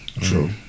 true